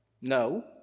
No